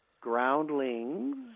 Groundlings